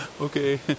Okay